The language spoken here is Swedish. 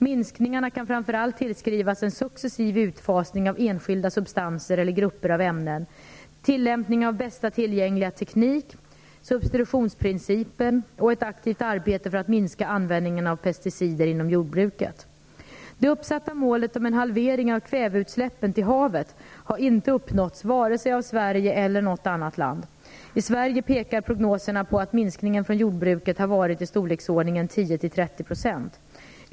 Minskningarna kan framför allt tillskrivas en successiv utfasning av enskilda substanser eller grupper av ämnen, tillämpning av Bästa tillgängliga teknik, substitutionsprincipen, samt ett aktivt arbete för att minska användningen av pesticider inom jordbruket. Det uppsatta målet om en halvering av kväveutsläppen till havet har inte uppnåtts av vare sig Sverige eller något annat land. I Sverige pekar prognoser på att minskningen från jordbruket har varit i storleksordningen 10-30 %.